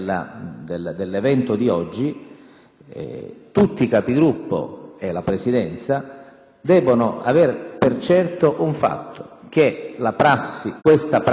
debbono avere per certo un fatto: questa prassi da oggi non vige più e ogni Capogruppo si deve assumere la responsabilità di sapere